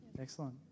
Excellent